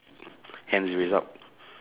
hands raised up